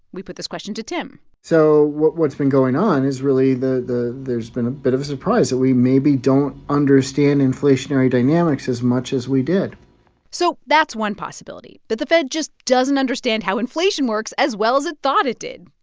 we put this question to tim so what's been going on is really there's been a bit of a surprise that we maybe don't understand inflationary dynamics as much as we did so that's one possibility, that the fed just doesn't understand how inflation works as well as it thought it did.